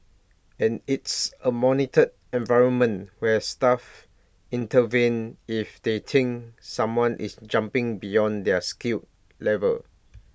and it's A monitored environment where staff intervene if they think someone is jumping beyond their skill level